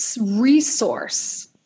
resource